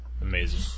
amazing